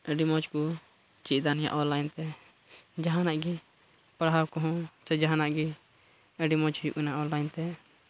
ᱟᱹᱰᱤ ᱢᱚᱡᱽ ᱠᱚ ᱪᱮᱫ ᱮᱫᱟ ᱚᱱᱞᱟᱭᱤᱱᱛᱮ ᱡᱟᱦᱟᱱᱟᱜ ᱜᱮ ᱯᱟᱲᱦᱟᱣ ᱠᱚᱦᱚᱸ ᱥᱮ ᱡᱟᱦᱟᱱᱟᱜ ᱜᱮ ᱟᱹᱰᱤ ᱢᱚᱡᱽ ᱦᱩᱭᱩᱜ ᱠᱟᱱᱟ ᱚᱱᱞᱟᱭᱤᱱᱛᱮ